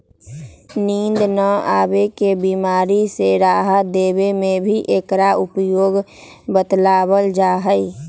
नींद न आवे के बीमारी से राहत देवे में भी एकरा उपयोग बतलावल जाहई